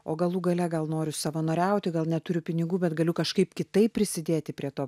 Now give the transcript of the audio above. o galų gale gal noriu savanoriauti gal neturiu pinigų bet galiu kažkaip kitaip prisidėti prie to